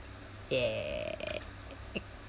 ya